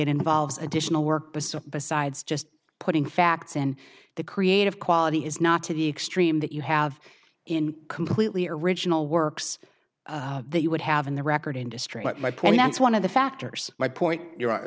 it involves additional work but besides just putting facts in the creative quality is not to the extreme that you have in completely original works that you would have in the record industry but my point that's one of the factors my point